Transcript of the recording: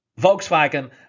volkswagen